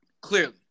Clearly